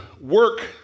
work